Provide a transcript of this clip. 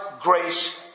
grace